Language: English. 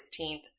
16th